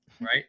right